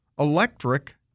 electric